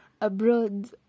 abroad